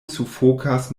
sufokas